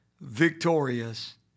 victorious